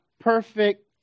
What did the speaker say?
perfect